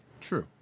true